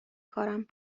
کارم